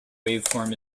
waveform